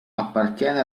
appartiene